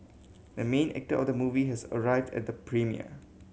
the main actor of the movie has arrived at the premiere